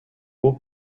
hauts